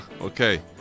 Okay